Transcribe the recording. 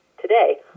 today